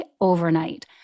overnight